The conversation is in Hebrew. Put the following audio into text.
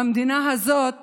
במדינה הזאת